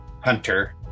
Hunter